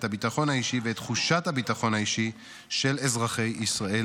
הביטחון האישי ואת תחושת הביטחון האישי של אזרחי מדינת ישראל